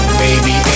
baby